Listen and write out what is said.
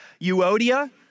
Euodia